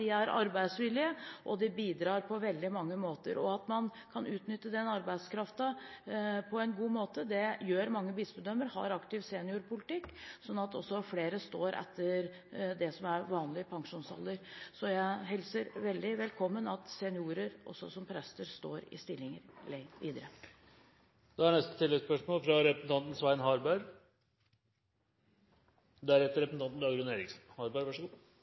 er arbeidsvillige og bidrar på veldig mange måter. Man kan utnytte den arbeidskraften på en god måte, og det gjør mange bispedømmer, som har en aktiv seniorpolitikk, slik at flere står i arbeid etter det som er vanlig pensjonsalder. Jeg hilser veldig velkommen at seniorer, også prester, står i stillingen lenger. Svein Harberg – til neste oppfølgingsspørsmål. Statsråden er kjent med både fra